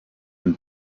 and